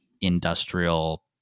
industrial